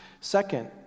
Second